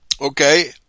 Okay